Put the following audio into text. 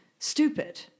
stupid